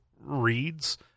reads